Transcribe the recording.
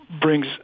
brings